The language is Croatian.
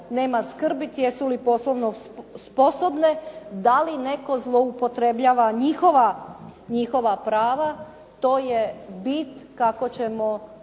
nema skrbiti, jesu li poslovno sposobne, da li netko zloupotrijebljava njihova prava, to je bit kako ćemo